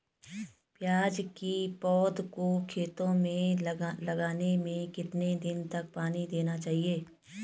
प्याज़ की पौध को खेतों में लगाने में कितने दिन तक पानी देना चाहिए?